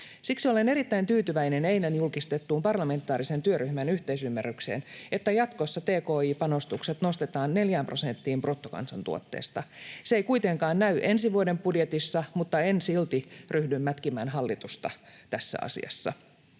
Siksi olen erittäin tyytyväinen eilen julkistettuun parlamentaarisen työryhmän yhteisymmärrykseen, että jatkossa tki-panostukset nostetaan 4 prosenttiin bruttokansantuotteesta. Se ei kuitenkaan näy ensi vuoden budjetissa, mutta en silti ryhdy mätkimään hallitusta tässä asiassa.